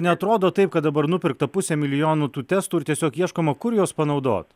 neatrodo taip kad dabar nupirkta pusė milijono tų testų ir tiesiog ieškoma kur juos panaudot